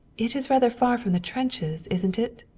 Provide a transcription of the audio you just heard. it is rather far from the trenches, isn't it?